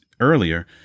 earlier